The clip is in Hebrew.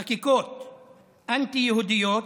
חקיקות אנטי-יהודיות,